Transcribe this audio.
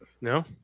No